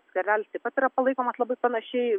skvernelis taip pat yra palaikomas labai panašiai